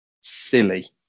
silly